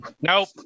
Nope